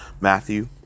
Matthew